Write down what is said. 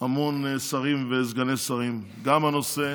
המון שרים וסגני שרים, גם בנושא